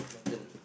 your turn